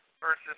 versus